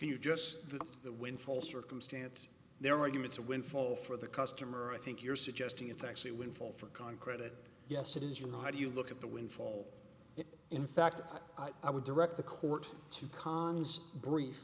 you just get that windfall circumstance their arguments a windfall for the customer i think you're suggesting it's actually a windfall for concrete it yes it is you know how do you look at the windfall that in fact i would direct the court to khans brief